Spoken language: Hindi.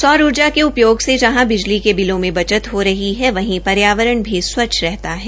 सौरें ऊर्जा के उपयोग से जहां बिजली के बिलों में बचत हो रही है वहीं पर्यावरण भी स्वच्छ रहता है